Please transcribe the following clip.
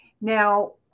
Now